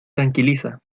tranquiliza